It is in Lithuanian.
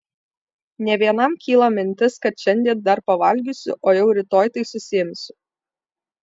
ne vienam kyla mintis kad šiandien dar pavalgysiu o jau rytoj tai susiimsiu